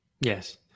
Yes